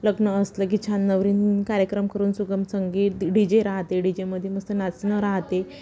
लग्न असलं की छान नवरवी कार्यक्रम करून सुगम संगीत डीजे राहते डीजेमध्ये मस्त नाचणं राहतेे